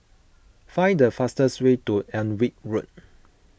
find the fastest way to Alnwick Road